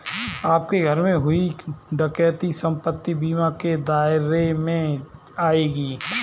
आपके घर में हुई डकैती संपत्ति बीमा के दायरे में आएगी